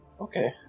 Okay